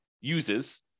uses